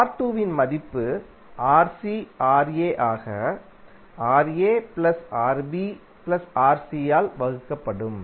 R2 இன் மதிப்பு Rc Ra ஆக Ra Rb Rc ஆல் வகுக்கப்படும்